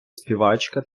співачка